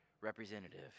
representative